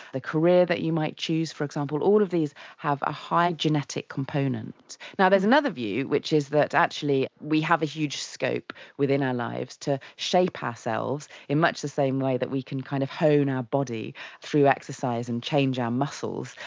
the career that you might choose, for example, all of these have a high genetic component. now, there is another view which is that actually we have a huge scope within our lives to shape ourselves in much the same way that we can kind of hone our body through exercise and change our muscles,